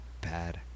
bad